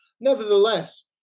Nevertheless